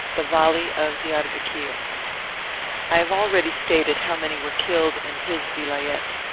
the vali of diarbekir. i have already stated how many were killed in his vilayet.